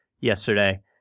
yesterday